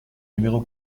numéro